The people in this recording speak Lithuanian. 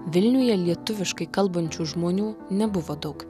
vilniuje lietuviškai kalbančių žmonių nebuvo daug